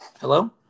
Hello